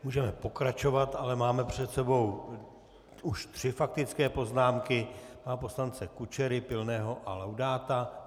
Můžeme pokračovat, ale máme před sebou už tři faktické poznámky pana poslance Kučery, Pilného a Laudáta.